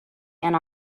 and